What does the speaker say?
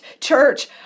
church